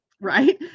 right